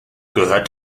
gehört